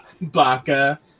baka